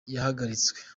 yahagaritswe